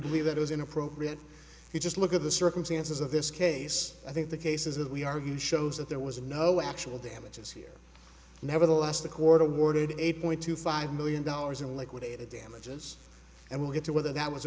believe that is inappropriate you just look at the circumstances of this case i think the cases that we argue shows that there was no actual damages here nevertheless the court of worded eight point two five million dollars in liquidated damages and we'll get to whether that was